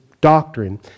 Doctrine